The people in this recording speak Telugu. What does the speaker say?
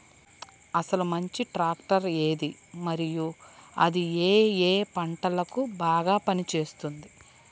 అసలు మంచి ట్రాక్టర్ ఏది మరియు అది ఏ ఏ పంటలకు బాగా పని చేస్తుంది?